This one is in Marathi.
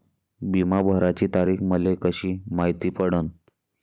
बिमा भराची तारीख मले कशी मायती पडन?